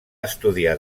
estudiar